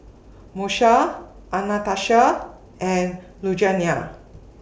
Moesha Anastacia and Lugenia